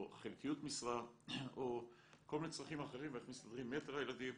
או חלקיות משרה או כל מיני צרכים אחרים ואיך מסתדרים עם יתר הילדים.